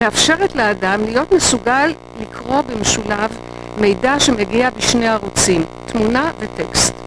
מאפשרת לאדם להיות מסוגל לקרוא במשולב מידע שמגיע בשני ערוצים, תמונה וטקסט.